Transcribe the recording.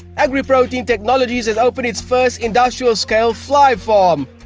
agriprotein technologies has opened its first industrial-scale fly farm,